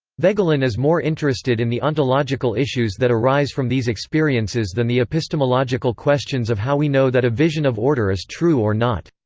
voegelin is more interested in the ontological issues that arise from these experiences than the epistemological questions of how we know that a vision of order is true or not.